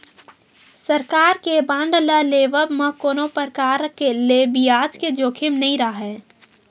सरकार के बांड ल लेवब म कोनो परकार ले बियाज के जोखिम नइ राहय